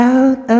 Out